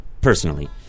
personally